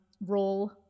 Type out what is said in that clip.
role